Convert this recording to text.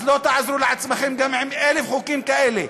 אז לא תעזרו לעצמכם גם עם 1,000 חוקים כאלה.